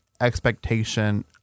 expectation